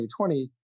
2020